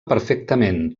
perfectament